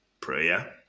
prayer